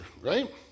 right